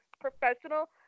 professional